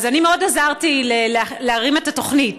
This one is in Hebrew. אז אני מאוד עזרתי להרים את התוכנית.